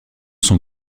sont